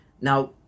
Now